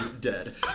dead